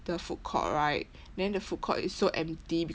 the food court right then the food court is so empty